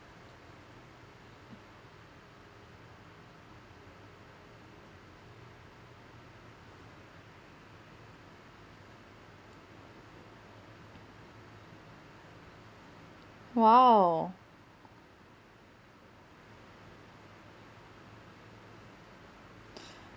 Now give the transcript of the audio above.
!wow!